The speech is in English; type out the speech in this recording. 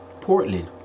Portland